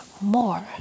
more